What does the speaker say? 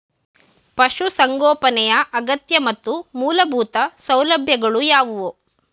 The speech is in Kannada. ಪಶುಸಂಗೋಪನೆಯ ಅಗತ್ಯ ಮತ್ತು ಮೂಲಭೂತ ಸೌಲಭ್ಯಗಳು ಯಾವುವು?